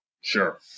Sure